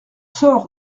sort